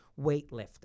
weightlifting